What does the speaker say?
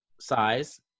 size